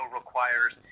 requires